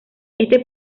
este